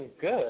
good